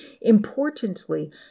Importantly